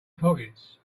pockets